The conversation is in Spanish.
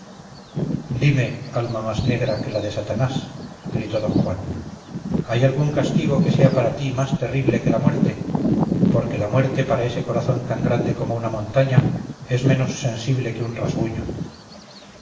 dime alma más negra que la de satanás gritó d juan hay algún castigo que sea para ti más terrible que la muerte porque la muerte para ese corazón tan grande como una montaña es menos sensible que un rasguño